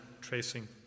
tracing